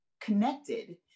connected